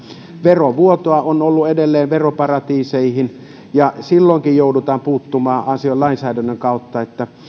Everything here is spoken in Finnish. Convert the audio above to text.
verovuotoa on ollut edelleen veroparatiiseihin ja silloinkin joudutaan puuttumaan asiaan lainsäädännön kautta